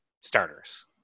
starters